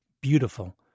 beautiful